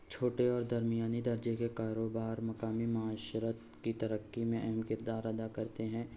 چھوٹے اور درمیانی درجے کے کاروبار مقامی معاشرت کی ترقی میں اہم کردار ادا کرتے ہیں